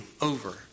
over